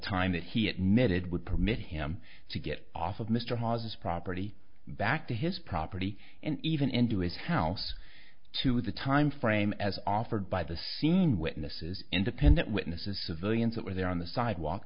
time that he admitted would permit him to get off of mr hawes property back to his property and even into his house to the time frame as offered by the scene witnesses independent witnesses civilians that were there on the sidewalk